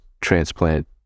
transplant